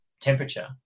temperature